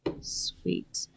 Sweet